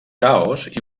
caos